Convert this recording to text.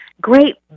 great